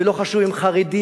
ולא חשוב אם חרדים,